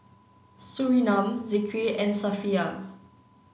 Surinam Zikri and Safiya